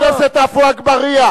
חבר הכנסת עפו אגבאריה.